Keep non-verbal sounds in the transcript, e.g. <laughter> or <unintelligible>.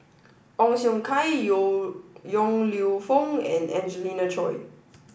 Ong Siong Kai <unintelligible> Yong Lew Foong and Angelina Choy